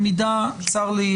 צר לי,